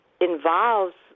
involves